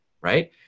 right